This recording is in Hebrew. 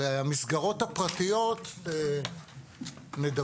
על המסגרות הפרטיות נדבר.